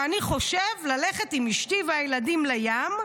ואני חושב ללכת עם אשתי והילדים לים,